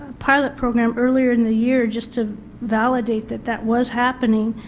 pilot program earlier in the year just to validate that that was happening,